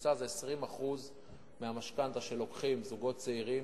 ממוצע זה 20% מהמשכנתה שלוקחים זוגות צעירים,